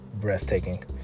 breathtaking